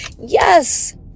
Yes